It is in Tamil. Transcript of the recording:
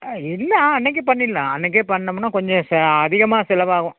இல்லை ஆ அன்றைக்கே பண்ணிடலாம் அன்றைக்கே பண்ணிணோம்னா கொஞ்சம் ச அதிகமாக செலவாகும்